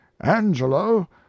Angelo